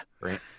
right